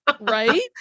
Right